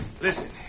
Listen